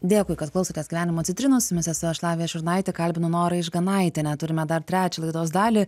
dėkui kad klausotės gyvenimo citrinų su jumis esu aš lavija šurnaitė kalbinu norą išganaitienę turime dar trečią laidos dalį